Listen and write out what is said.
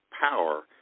power